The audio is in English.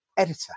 editor